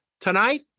Tonight